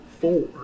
four